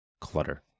clutter